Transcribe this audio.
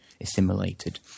assimilated